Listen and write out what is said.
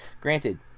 granted